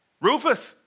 Rufus